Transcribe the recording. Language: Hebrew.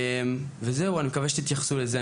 אני מקווה שתתייחסו לזה,